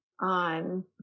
on